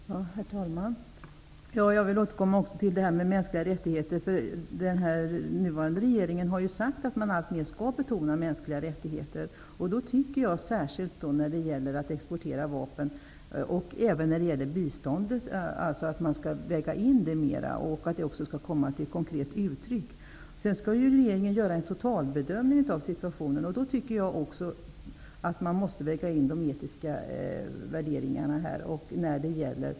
Herr talman! Jag vill också återkomma till frågan om mänskliga rättigheter. Den nuvarande regeringen har sagt att man alltmer skall betona mänskliga rättigheter. Jag tycker att man skall väga in den aspekten mer, särskilt när det gäller att exportera vapen och även när det gäller bistånd. Denna föresats skall också komma till konkret uttryck. Regeringen skall göra en totalbedömning av situationen. Då tycker jag att man också måste väga in de etiska värderingarna.